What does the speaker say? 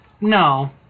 No